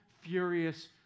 furious